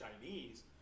Chinese